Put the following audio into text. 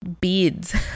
beads